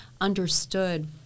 understood